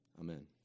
amen